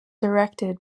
directed